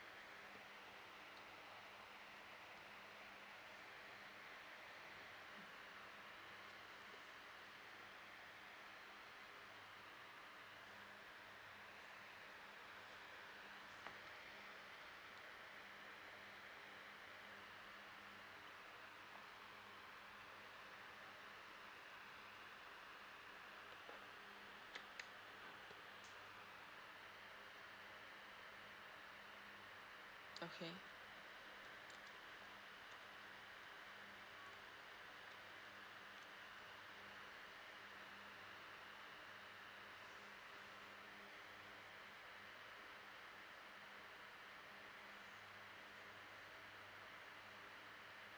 okay